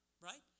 right